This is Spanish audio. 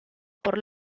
por